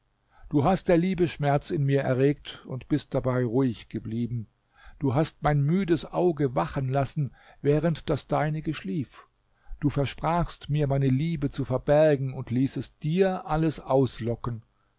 du hast der liebe schmerz in mir erregt und bist dabei ruhig geblieben du hast mein müdes auge wachen lassen während das deinige schlief du versprachst mir meine liebe zu verbergen und ließest dir alles auslocken